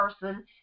person